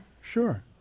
Sure